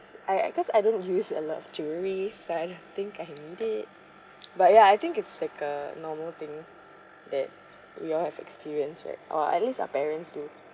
I I cause I don't use a lot of jewellery so I don't think I need it but ya I think it's like a normal thing that we all have experience right uh at least our parents do